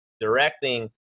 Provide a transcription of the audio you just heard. directing